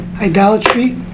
idolatry